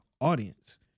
audience